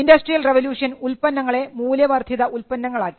industrial revolution ഉൽപന്നങ്ങളെ മൂല്യവർധിത ഉൽപ്പന്നങ്ങൾ ആക്കി